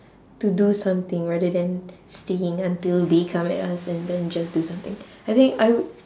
to do something rather than staying until they come at us and then just do something I think I would